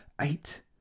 eight